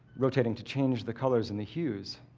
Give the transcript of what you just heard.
rotating to change the colors and the hues.